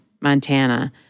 Montana